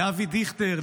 לאבי דיכטר,